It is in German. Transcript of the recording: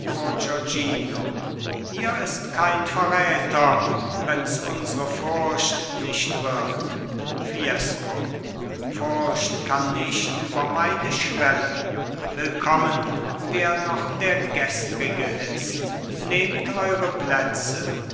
hier ist kein verräter wenns unsre furcht nicht wird fiesco furcht kann nicht über meine schwelle willkommen wer noch der gestrige ist nehmt eure plätze